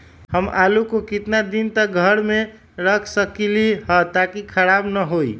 हम आलु को कितना दिन तक घर मे रख सकली ह ताकि खराब न होई?